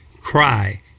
cry